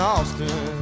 Austin